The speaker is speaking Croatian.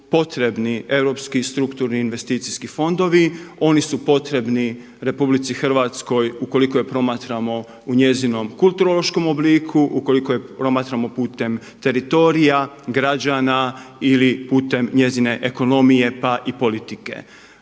potrebni europski strukturni investicijski fondovi, oni su potrebni RH ukoliko je promatramo u njezinom kulturološkom obliku, ukoliko je promatramo putem teritorija, građana ili putem njezine ekonomije pa i politike.